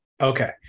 Okay